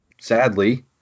sadly